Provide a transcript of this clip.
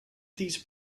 these